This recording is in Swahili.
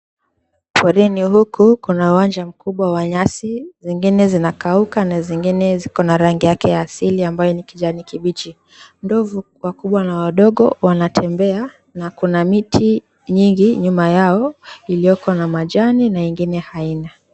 Porini huku, kuna uwanja mkubwa wa nyasi, zingine zinakauka na zingine zikona rangi yake ya asili ambayo ni kijani kibichi. Ndovu, wakubwa na wadogo, wanatembea na kuna miti mingi nyuma yao ilioko na majani na mengine haina.